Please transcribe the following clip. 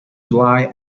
july